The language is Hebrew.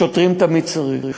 שוטרים תמיד צריך.